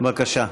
בבקשה.